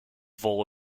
vole